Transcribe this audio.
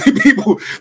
people